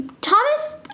Thomas